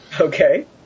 Okay